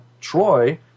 Troy